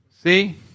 See